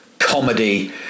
comedy